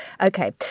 Okay